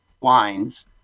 Wines